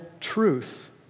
truth